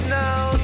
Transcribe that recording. now